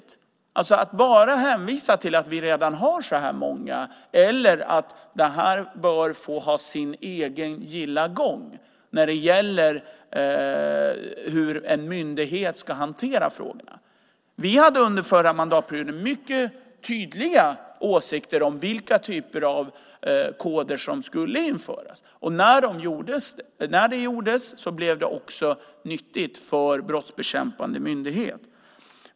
Likaså tycker vi att det är märkligt att man bara hänvisar till att vi redan har så många eller att det här bör få ha sin gilla gång när det gäller hur en myndighet ska hantera frågorna. Vi hade under förra mandatperioden mycket tydliga åsikter om vilka typer av koder som skulle införas, och när det gjordes blev det också till nytta för en brottsbekämpande myndighet.